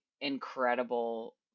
incredible